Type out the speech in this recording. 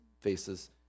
faces